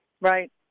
Right